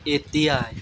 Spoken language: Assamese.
এতিয়াই